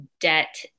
debt